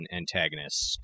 antagonists